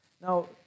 Now